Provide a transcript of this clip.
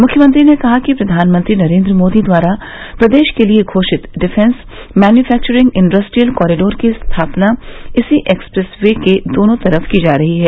मुख्यमंत्री ने कहा कि प्रधानमंत्री नरेन्द्र मोदी द्वारा प्रदेश के लिये घोषित डिफॅस मैन्यूफँक्चरिंग इंडस्ट्रियल कॉरीडोर की स्थापना इसी एक्सप्रेस वे के दोनों तरफ की जा रही है